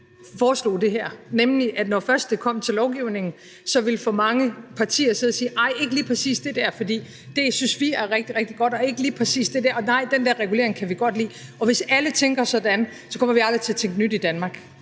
foreslog det her, nemlig at når det først kom til lovgivning, ville for mange partier sige: Nej, ikke lige præcis det dér, for det synes vi er rigtig, rigtig godt; ikke lige præcis det dér; nej, den der regulering kan vi godt lide. Og hvis alle tænker sådan, kommer vi aldrig til at tænke nyt i Danmark.